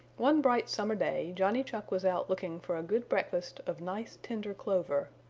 one bright summer day johnny chuck was out looking for a good breakfast of nice tender clover.